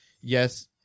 yes